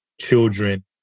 children